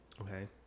Okay